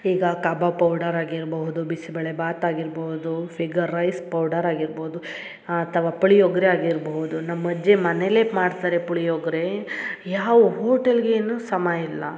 ಈಗ kebab powder ಆಗಿರ್ಬೌದು ಬಿಸಿಬೇಳೆಬಾತು ಆಗಿರ್ಬೌದು ಫಿಗರ್ ರೈಸ್ ಪೌಡರ್ ಆಗಿರ್ಬೌದು ಅಥವ ಪುಳಿಯೋಗರೆ ಆಗಿರ್ಬೌದು ನಮ್ಮ ಅಜ್ಜಿ ಮನೇಲೆ ಮಾಡ್ತಾರೆ ಪುಳಿಯೋಗರೆ ಯಾವ ಹೋಟೆಲ್ಗೇನು ಸಮ ಇಲ್ಲ